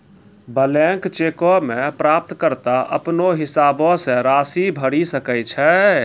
blank चेको मे प्राप्तकर्ता अपनो हिसाबो से राशि भरि सकै छै